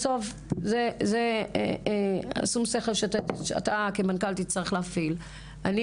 בשום היישום שכל שאתה כמנכל תצטרך להפעיל אני